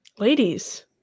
ladies